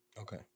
Okay